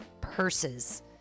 purses